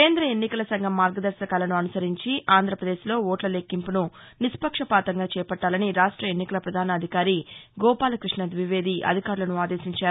కేంద్ర ఎన్నికల సంఘం మార్గదర్శకాలను అనుసరించి ఆంధ్రప్రదేశ్లో ఓట్ల లెక్డింపును ను నిష్పాక్షపాతంగా చేపట్టాలని రాష్ట్ర ఎన్నికల పధాన అధికారి గోపాలకృష్ణ ద్వివేది అధికారులను ఆదేశించారు